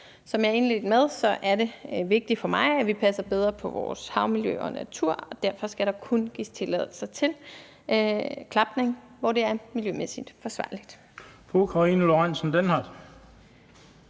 Som jeg indledte med at sige, er det vigtigt for mig, at vi passer bedre på vores havmiljø og natur, og derfor skal der kun gives tilladelse til klapning, hvor det er miljømæssigt forsvarligt.